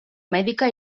mèdica